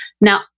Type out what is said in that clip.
Now